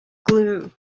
glue